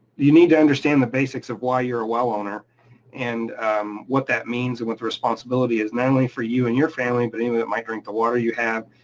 you need to understand the basics of why you're a well owner and what that means and what the responsibility is, not only for you and your family, but anyone that might drink the water you have.